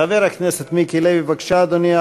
חבר הכנסת מיקי לוי, בבקשה, אדוני.